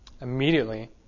Immediately